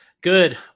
good